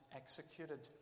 executed